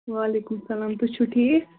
وعلیکُم سَلام تُہۍ چھِو ٹھیٖک